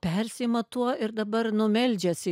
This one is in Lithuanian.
persiima tuo ir dabar nu meldžiasi